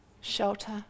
shelter